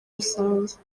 rusange